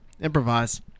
Improvise